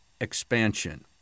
expansion